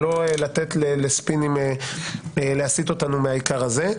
לא לתת לספינים להסית אותנו מהעיקר הזה.